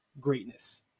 greatness